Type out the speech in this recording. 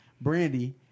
Brandy